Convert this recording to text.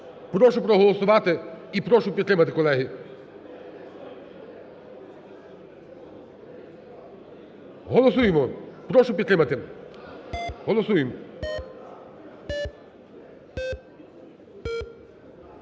Прошу проголосувати і прошу підтримати, колеги. Голосуємо. Прошу підтримати. Голосуємо.